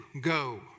go